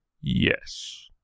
Yes